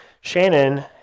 Shannon